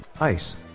Ice